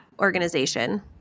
organization